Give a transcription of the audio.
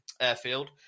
Airfield